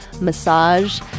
massage